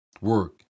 work